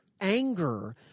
anger